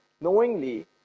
knowingly